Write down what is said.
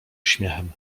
uśmiechem